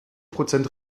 prozent